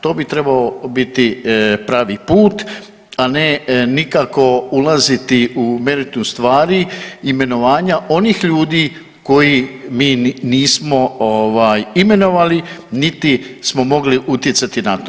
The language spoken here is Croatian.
To bi trebao biti pravi put, a ne nikako ulaziti u meritum stvari imenovanja onih ljudi koje mi nismo imenovali niti smo mogli utjecati na to.